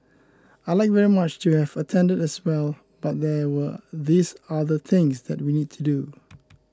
I'd like very much to have attended as well but there were these other things that we need to do